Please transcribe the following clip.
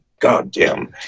goddamn